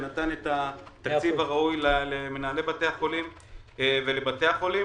ונתן את התקציב הראוי למנהלי בתי החולים ולבתי החולים.